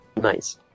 Nice